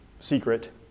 secret